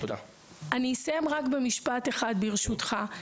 אסיים רק במשפט אחד, ברשותך.